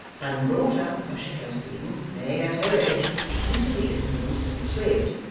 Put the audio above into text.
and brought up as she has been, may, at her age, be easily influenced and persuaded.